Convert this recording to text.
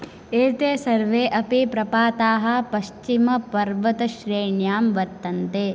एते सर्वे अपि प्रपाताः पश्चिमपर्वतश्रेण्यां वर्तन्ते